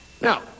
Now